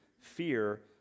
Fear